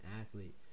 athlete